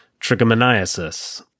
trichomoniasis